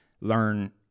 learn